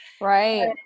Right